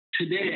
today